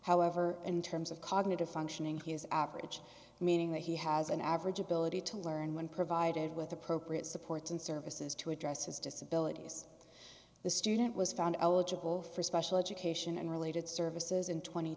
however in terms of cognitive functioning he is average meaning that he has an average ability to learn when provided with appropriate supports and services to address his disabilities the student was found eligible for special education and related services in tw